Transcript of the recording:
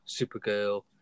Supergirl